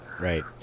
Right